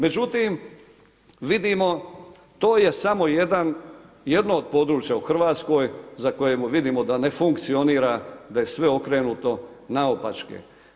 Međutim, vidimo to je samo jedno od područja u RH za koje vidimo da ne funkcionira, da je sve okrenuto naopačke.